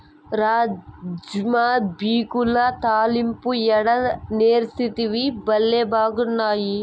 రాజ్మా బిక్యుల తాలింపు యాడ నేర్సితివి, బళ్లే బాగున్నాయి